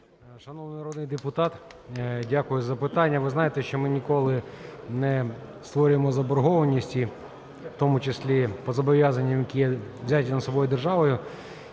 Шановний народний депутат, дякую за запитання. Ви знаєте, що ми ніколи не створюємо заборгованості, в тому числі по зобов'язанням, які взяті на себе державою.